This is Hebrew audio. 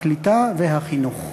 הקליטה והחינוך.